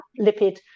lipid